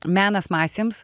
menas masėms